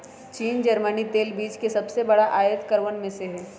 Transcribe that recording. चीन जर्मनी तेल बीज के सबसे बड़ा आयतकरवन में से हई